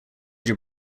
your